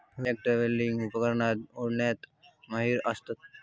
wheel tractor वेगली उपकरणा ओढण्यात माहिर असता